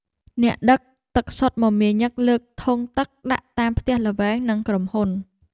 អ្នកដឹកទឹកសុទ្ធមមាញឹកលើកធុងទឹកដាក់តាមផ្ទះល្វែង និងក្រុមហ៊ុន។